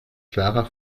klarer